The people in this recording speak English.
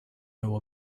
know